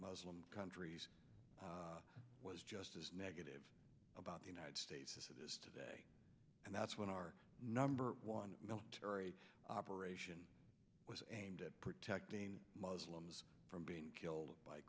muslim countries was just as negative about the united states as it is today and that's when our number one military operation was aimed at protecting muslims from being killed by